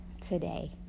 today